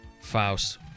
Faust